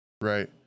Right